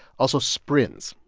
also sbrinz,